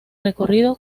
recorrido